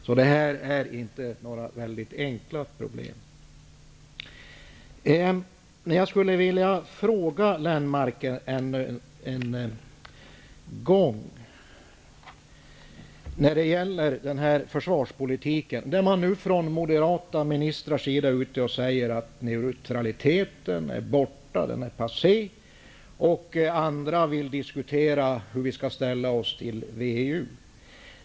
Det här är alltså inte några väldigt enkla problem. Jag skulle ännu en gång vilja ställa ett par frågor till Lennmarker. Moderata ministrar är nu ute och säger att neutraliteten är borta och passé, och andra vill diskutera hur vi skall ställa oss till WEU.